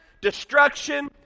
destruction